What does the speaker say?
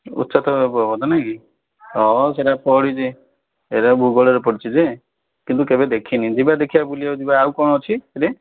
ପର୍ବତ ନାଇଁକି ହଁ ସେଇଟା ପଢ଼ିଛି ଏଇଟା ଭୂଗୋଳରେ ପଢ଼ିଛି ଯେ କିନ୍ତୁ କେବେ ଦେଖିନି ଯିବା ଦେଖିଆ ବୁଲିଆକୁ ଯିବା ଆଉ କ'ଣ କ'ଣ ଅଛି ସେଇଠି